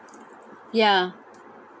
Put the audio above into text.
ya